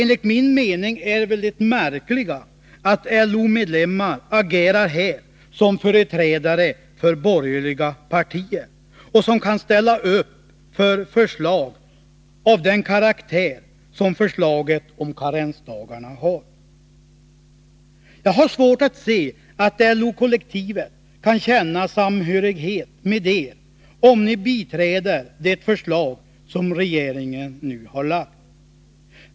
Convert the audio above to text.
Enligt min mening är väl det märkliga att LO-medlemmar här agerar som företrädare för borgerliga partier och kan ställa upp för förslag av den karaktär som förslaget om karensdagarna har. Jag har svårt att se att LO-kollektivet kan känna samhörighet med er, om ni biträder det förslag som regeringen nu har lagt fram.